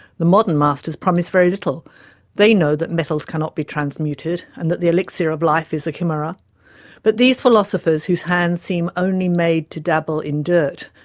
the modern masters promise very little they know that metals cannot be transmuted and that the elixir of life is a chimera but these philosophers, whose hands seem only made to dabble in dirt,